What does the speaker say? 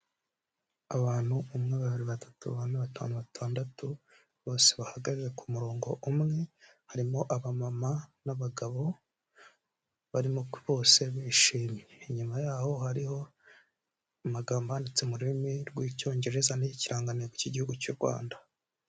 Abantu umwe, babiri, batatu, bane, batanu, batandatu bose bahagaze ku murongo umwe, harimo abamama n'abagabo barimo bose bishimye. Inyuma yaho hariho amagambo yanditse mu rurimi rw'Icyongereza n'ikirangantego cy'igihugu cy'u Rwanda.